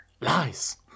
lies